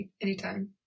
anytime